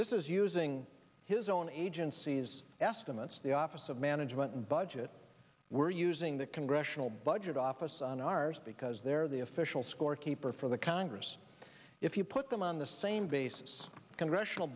this is using his own agency's estimates the office of management and budget we're using the congressional budget office on ours because they're the official scorekeeper for the congress if you put them on the same basis the congressional